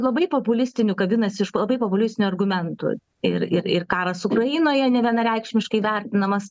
labai populistinių kabinasi už labai populistinių argumentų ir ir ir karas ukrainoje nevienareikšmiškai vertinamas